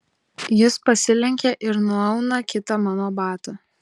jis pasilenkia ir nuauna kitą mano batą